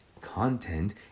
content